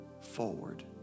forward